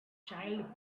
child